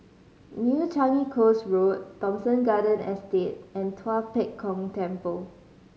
New Changi Coast Road Thomson Garden Estate and Tua Pek Kong Temple